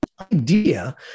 idea